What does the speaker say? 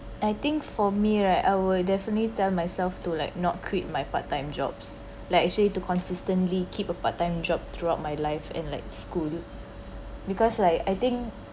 I think for me right I will definitely tell myself to like not quit my part time jobs like say to consistently keep a part time job throughout my life and like school because like I think